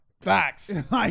Facts